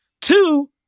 Two